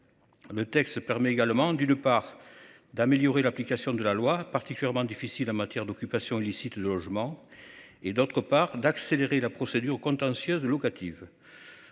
Le texte permet également d'une part d'améliorer l'application de la loi particulièrement difficile en matière d'occupation illicite, logement et, d'autre part d'accélérer la procédure contentieuse.